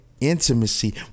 intimacy